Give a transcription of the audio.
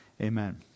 Amen